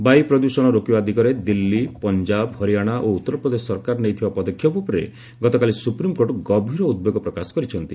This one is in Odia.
ବାୟୁ ପ୍ରଦୂଷଣ ରୋକିବା ଦିଗରେ ଦିଲ୍ଲୀ ପଞ୍ଜାବ ହରିୟାଣା ଓ ଉତ୍ତରପ୍ରଦେଶ ସରକାର ନେଇଥିବା ପଦକ୍ଷେପ ଉପରେ ଗତକାଲି ସୁପ୍ରିମକୋର୍ଟ ଗଭୀର ଉଦ୍ବେଗ ପ୍ରକାଶ କରିଛନ୍ତି